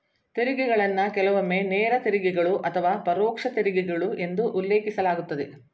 ತೆರಿಗೆಗಳನ್ನ ಕೆಲವೊಮ್ಮೆ ನೇರ ತೆರಿಗೆಗಳು ಅಥವಾ ಪರೋಕ್ಷ ತೆರಿಗೆಗಳು ಎಂದು ಉಲ್ಲೇಖಿಸಲಾಗುತ್ತದೆ